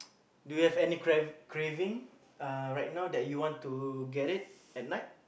do you have any crav~ craving uh right now that you want to get it at night